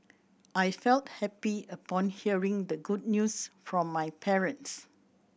I felt happy upon hearing the good news from my parents